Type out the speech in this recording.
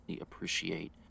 appreciate